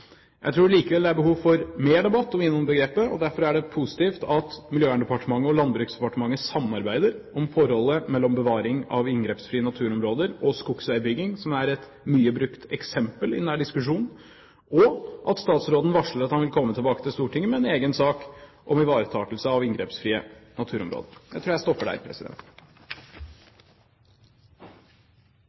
Jeg tror likevel det er behov for mer debatt om INON-begrepet. Derfor er det positivt at Miljøverndepartementet og Landbruksdepartementet samarbeider om forholdet mellom bevaring av inngrepsfrie naturområder og skogsveibygging, som er et mye brukt eksempel i denne diskusjonen, og at statsråden varsler at han vil komme tilbake til Stortinget med en egen sak om ivaretakelse av inngrepsfrie naturområder. Jeg tror jeg stopper der.